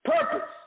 purpose